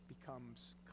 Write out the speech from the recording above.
becomes